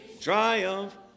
Triumph